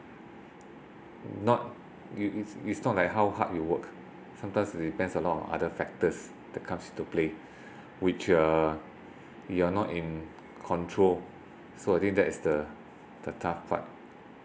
not it it's it's not like how hard you work sometimes it depends a lot on other factors that comes into play which uh you are not in control so I think that is the the tough part